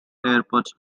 airports